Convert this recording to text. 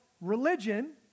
religion